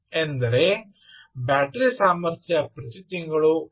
ಎಂದರೆ ಬ್ಯಾಟರಿ ಸಾಮರ್ಥ್ಯ ಪ್ರತಿ ತಿಂಗಳು 1